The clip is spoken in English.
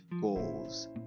goals